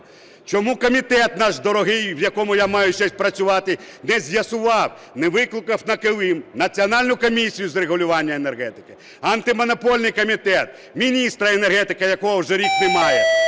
Чому комітет наш дорогий, в якому я маю честь працювати, не з'ясував, не викликав на килим Національну комісію з регулювання енергетики, Антимонопольний комітет, міністра енергетики, якого вже рік немає,